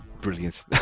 brilliant